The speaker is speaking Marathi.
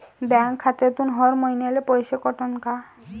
बँक खात्यातून हर महिन्याले पैसे कटन का?